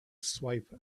swipe